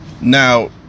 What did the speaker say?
Now